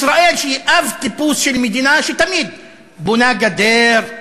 ישראל, שהיא אב-טיפוס של מדינה שתמיד בונה גדר,